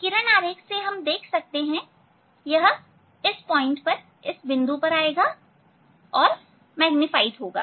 किरण आरेख से हम यह देख सकते हैं यह इस बिंदु पर आएगा और यह मैग्नीफाइड होगा